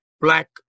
black